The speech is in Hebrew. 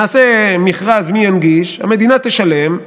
נעשה מכרז מי ינגיש, המדינה תשלם,